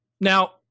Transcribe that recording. Now